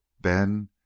Ben